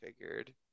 figured